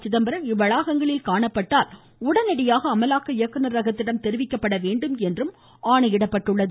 சிதம்பரம் இவ்வளாகங்களில் காணப்பட்டால் உடனடியாக அமலாக்க இயக்குநரகத்திடம் தெரிவிக்கப்பட வேண்டும் என்றும் ஆணையிடப்பட்டுள்ளது